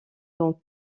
dans